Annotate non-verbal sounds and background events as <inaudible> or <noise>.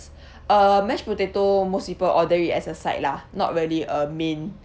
<breath> uh mashed potato most people order it as a side lah not really a main